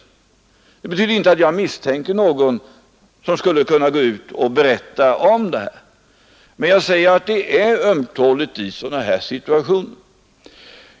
Det betyder inte att jag misstänker någon för att gå ut och berätta om sådana här känsliga frågor.